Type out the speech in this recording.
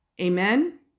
Amen